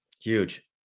Huge